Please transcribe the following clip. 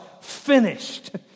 finished